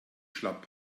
schlapp